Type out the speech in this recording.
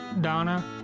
Donna